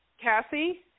Cassie